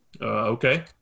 Okay